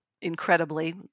incredibly